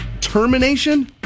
Termination